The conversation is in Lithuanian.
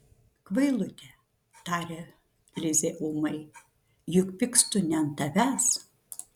kvailute taria lizė ūmai juk pykstu ne ant tavęs